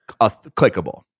clickable